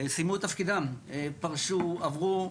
סיימו את תפקידם, פרשו עברו,